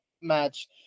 match